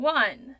one